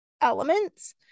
elements